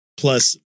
plus